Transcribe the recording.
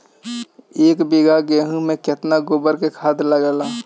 एक बीगहा गेहूं में केतना गोबर के खाद लागेला?